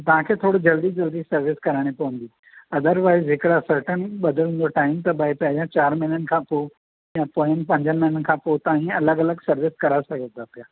तव्हां खे थोरो जल्दी जल्दी सर्विस कराइणी पवंदी अदरवाईज़ जेका टाइम त भई पहिरियां चारि महिननि खां पोइ या पोयनि पंजनि महिननि खां पोइ त इएं अलॻि अलॻि सर्विस कराए सघो था पिया